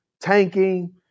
tanking